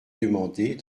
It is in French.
demander